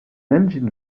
engine